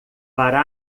para